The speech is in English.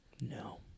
no